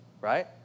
right